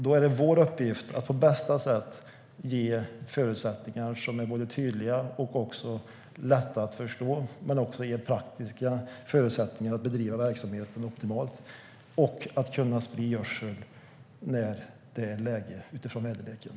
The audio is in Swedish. Då är det vår uppgift att på bästa sätt ge förutsättningar som är tydliga och lätta att förstå men också ge praktiska förutsättningar för att bedriva verksamheten optimalt och kunna sprida gödsel när det är läge utifrån väderleken.